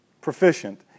proficient